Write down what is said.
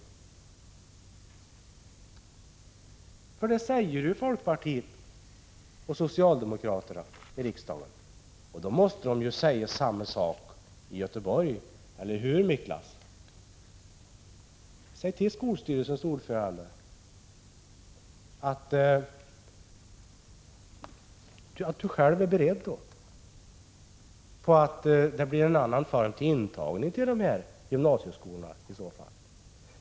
Folkpartisterna och socialdemokraterna i riksdagen säger ju att det förhåller sig på detta sätt, och då måste man väl säga samma sak i Göteborg. Eller hur, Miklas? Säg till skolstyrelsens ordförande att du själv är beredd på att det blir en annan form för intagningen till dessa gymnasieskolor.